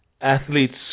athletes